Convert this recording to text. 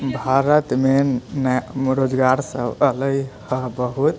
भारतमे रोजगारसब एलै हँ बहुत